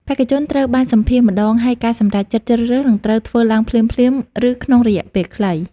បេក្ខជនត្រូវបានសម្ភាសន៍ម្តង ហើយការសម្រេចចិត្តជ្រើសរើសនឹងត្រូវធ្វើឡើងភ្លាមៗ ឬក្នុងរយៈពេលខ្លី។